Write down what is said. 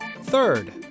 Third